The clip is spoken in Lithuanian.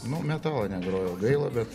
nu metalo negrojau gaila bet